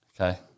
Okay